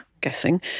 guessing